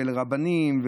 לרבנים,